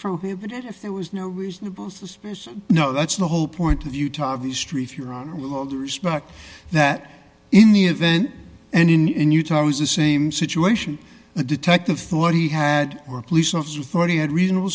prohibited if there was no reasonable suspicion no that's the whole point of utah obvious treif your honor with all due respect that in the event and in in utah is the same situation the detective thought he had or a police officer thought he had reasonable